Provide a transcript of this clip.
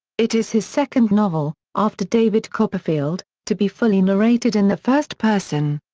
it is his second novel, after david copperfield, to be fully narrated in the first person.